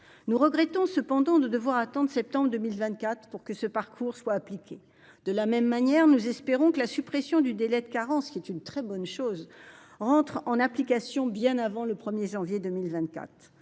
Nous regrettons cependant de devoir attendre septembre 2024 pour que ce parcours soit mis en oeuvre. De même, nous espérons que la suppression du délai de carence, qui est une très bonne chose, entrera en application bien avant le 1 janvier 2024.